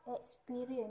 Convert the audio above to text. experience